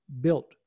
built